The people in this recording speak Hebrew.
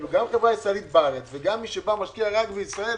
גם חברה ישראלית בארץ וגם מי שמשקיע רק בישראל,